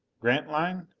grantline?